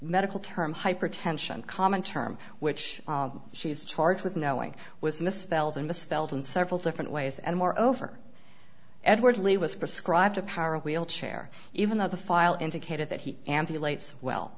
medical term hypertension common term which she was charged with knowing was misspelled and misspelled in several different ways and more over edward lee was prescribed a power wheelchair even though the file indicated that he and the lates well